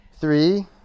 Three